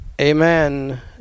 Amen